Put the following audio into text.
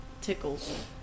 tickles